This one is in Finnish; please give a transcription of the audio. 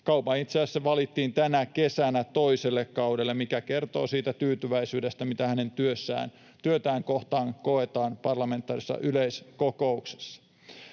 Kauma itse asiassa valittiin tänä kesänä toiselle kaudelle, mikä kertoo siitä tyytyväisyydestä, mitä hänen työtään kohtaan koetaan parlamentaarisessa yleiskokouksessa.